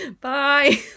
bye